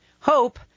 Hope